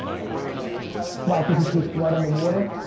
a lot of the other stuff why? cause you taste blood in the water?